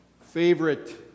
favorite